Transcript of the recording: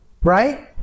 right